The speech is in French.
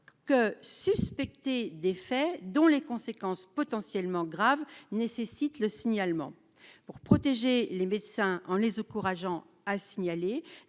que suspectées d'effets dont les conséquences potentiellement graves nécessitent le signalement pour protéger les médecins en les encourageant à signaler